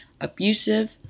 abusive